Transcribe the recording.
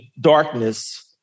darkness